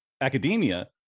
academia